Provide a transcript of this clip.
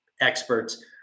experts